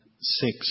six